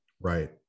Right